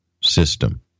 system